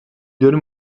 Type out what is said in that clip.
den